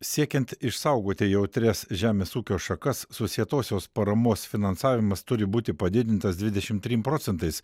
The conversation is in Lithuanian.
siekiant išsaugoti jautrias žemės ūkio šakas susietosios paramos finansavimas turi būti padidintas dvidešim trim procentais